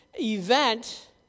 event